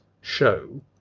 show